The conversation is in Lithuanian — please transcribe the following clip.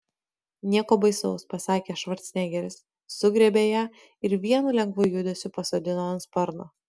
nieko baisaus pasakė švarcnegeris sugriebė ją ir vienu lengvu judesiu pasodino ant sparno